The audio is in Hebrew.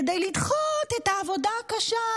כדי לדחות את העבודה הקשה,